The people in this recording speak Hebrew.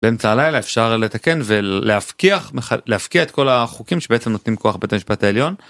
באמצע הלילה אפשר לתקן ולהפקיח... להפקיע את כל החוקים שבעצם נותנים כוח לבית המשפט העליון.